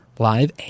live